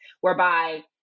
whereby